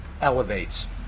elevates